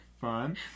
Fun